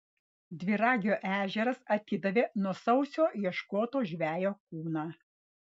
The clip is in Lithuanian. dviragio ežeras atidavė nuo sausio ieškoto žvejo kūną